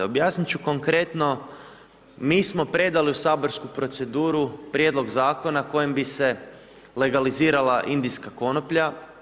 Objasniti ću konkretno mi smo predali u saborsku proceduru prijedlog zakona kojim bi se legalizirala indijska konoplja.